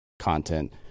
content